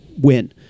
win